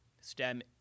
STEM